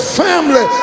family